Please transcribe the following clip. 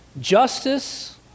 Justice